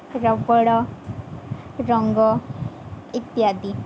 rubber ରଙ୍ଗ ଇତ୍ୟାଦି